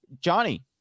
johnny